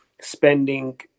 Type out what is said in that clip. spending